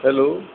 hello